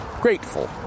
grateful